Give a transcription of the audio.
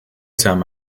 time